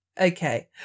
Okay